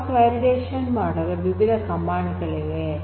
cross validation ಮಾಡಲು ವಿವಿಧ command ಗಳಿವೆ